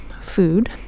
food